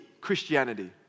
Christianity